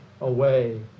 away